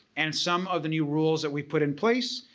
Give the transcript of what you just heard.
and some of the new rules that we put in place,